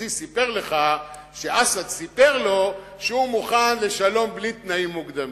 שסרקוזי סיפר לך שאסד סיפר לו שהוא מוכן לשלום בלי תנאים מוקדמים.